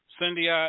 Cindy